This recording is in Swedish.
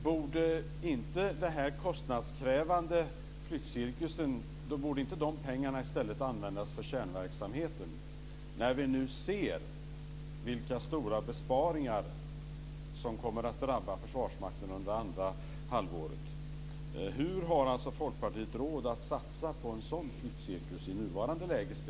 Borde inte pengarna för denna kostnadskrävande flyttcirkus i stället användas för kärnverksamheten när vi nu ser vilka stora besparingar som kommer att drabba Försvarsmakten under andra halvåret? Hur har Folkpartiet råd att satsa på en sådan flyttcirkus, speciellt i nuvarande läge?